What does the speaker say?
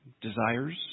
desires